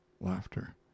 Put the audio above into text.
Laughter